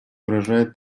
угрожает